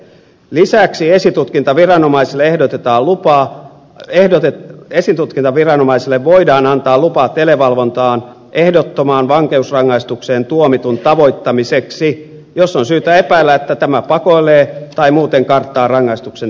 lisäksi esitutkintaviranomaiselle voidaan antaa lupa televalvontaan ehdottomaan vankeusrangaistukseen tuomitun tavoittamiseksi jos on syytä epäillä että tämä pakoilee tai muuten karttaa rangaistuksen täytäntöönpanoa